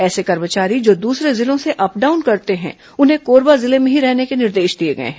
ऐसे कर्मचारी जो दूसरे जिलों से अप डाउन करते हैं उन्हें कोरबा जिले में ही रहने के निर्देश दिए गए हैं